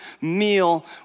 meal